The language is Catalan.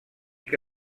que